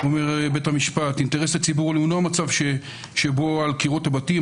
אומר בית המשפט: "אינטרס הציבור הוא למנוע מצב בו על קירות בתים,